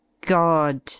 God